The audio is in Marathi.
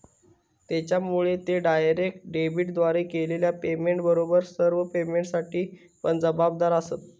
त्येच्यामुळे ते डायरेक्ट डेबिटद्वारे केलेल्या पेमेंटबरोबर सर्व पेमेंटसाठी पण जबाबदार आसंत